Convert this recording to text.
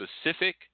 specific